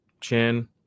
Chin